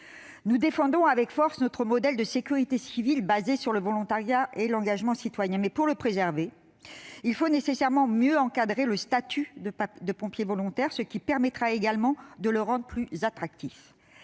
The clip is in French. Nous défendons avec force notre modèle de sécurité civile fondé sur le volontariat et l'engagement citoyen. Mais pour le préserver, il faut nécessairement mieux encadrer le statut de pompier volontaire, ce qui permettra également de le rendre plus attractif.